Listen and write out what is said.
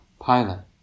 pilot